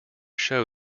show